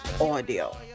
audio